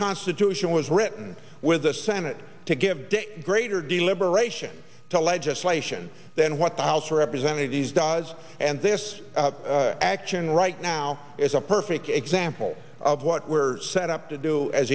constitution was written with the senate to give day greater deliberation to legislation than what the house of representatives does and this action right now is a perfect example of what we're set up to do as